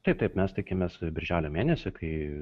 taip taip mes tikimės birželio mėnesį kai